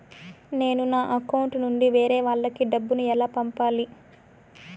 నేను నా అకౌంట్ నుండి వేరే వాళ్ళకి డబ్బును ఎలా పంపాలి?